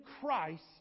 Christ